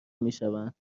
میشوند